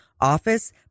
office